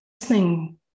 listening